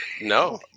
no